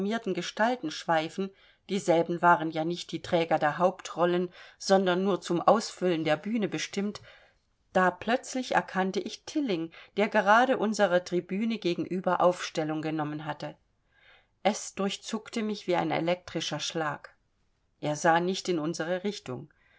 gestalten schweifen dieselben waren ja nicht die träger der hauptrollen sondern nur zum ausfüllen der bühne bestimmt da plötzlich erkannte ich tilling der gerade unserer tribüne gegenüber aufstellung genommen hatte es durchzuckte mich wie ein elektrischer schlag er sah nicht in unsere richtung